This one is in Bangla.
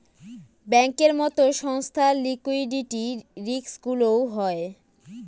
ব্যাঙ্কের মতো সংস্থার লিকুইডিটি রিস্কগুলোও হয়